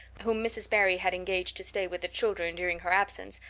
whom mrs. barry had engaged to stay with the children during her absence,